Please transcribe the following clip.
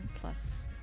plus